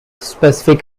specific